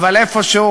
אבל איפשהו,